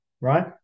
right